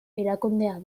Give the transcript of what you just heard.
erakundea